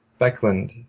Beckland